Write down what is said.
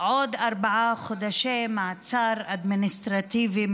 נמצאת במעצר אדמיניסטרטיבי,